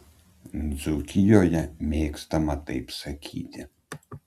dzūkijoje mėgstama taip sakyti